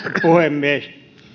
puhemies